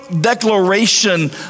declaration